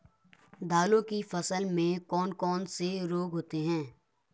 दालों की फसल में कौन कौन से रोग होते हैं?